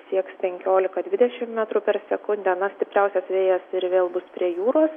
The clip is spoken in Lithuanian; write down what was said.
sieks penkiolika dvidešim metrų per sekundę na stipriausias vėjas ir vėl bus prie jūros